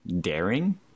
daring